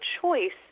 choice